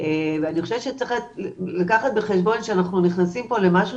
ואני חושבת שצריך לקחת בחשבון שאנחנו נכנסים פה למשהו